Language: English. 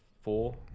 four